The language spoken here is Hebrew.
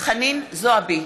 חנין זועבי,